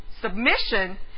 Submission